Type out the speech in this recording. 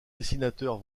dessinateurs